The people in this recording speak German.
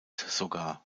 sogar